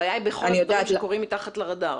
הבעיה היא בכל הדברים שקורים מתחת לרדאר.